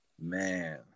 Man